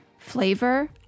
flavor